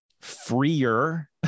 freer